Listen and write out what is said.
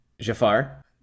jafar